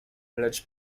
lecz